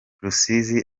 rusizi